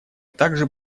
также